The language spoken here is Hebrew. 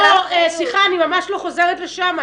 אני ממש לא חוזרת לשם.